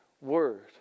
word